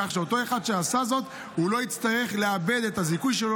כך שאותו אחד שעשה זאת לא יצטרך לאבד את הזיכוי שלו,